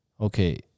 okay